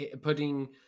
putting